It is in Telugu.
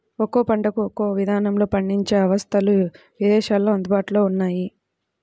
ఒక్కో పంటకు ఒక్కో ఇదానంలో పండించే అవస్థలు ఇదేశాల్లో అందుబాటులో ఉన్నయ్యి